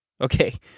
Okay